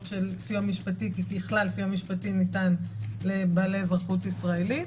של סיוע משפטי כי ככלל סיוע משפטי ניתן לבעלי אזרחות ישראלי,